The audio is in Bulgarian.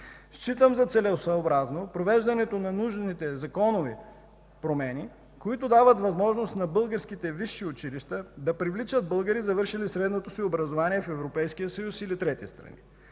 Считам за целесъобразно провеждането на нужните законови промени, които дават възможност на българските висши училища да привличат българи, завършили средното си образование в Европейския съюз или трети страни.